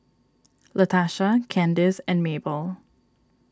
Latarsha Candis and Mabell